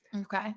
Okay